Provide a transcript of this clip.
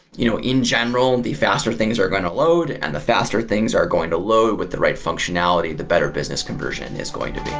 you know in general, and the faster things are going to load, and the faster things are going to load with the right functionality, the better business conversion is going to be.